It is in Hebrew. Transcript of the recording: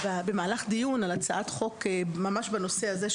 במהלך דיון על הצעת חוק ממש בנושא הזה,